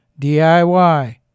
DIY